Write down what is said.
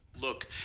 Look